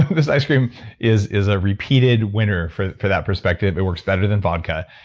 this ice cream is is a repeated winner for for that perspective. it works better than vodka,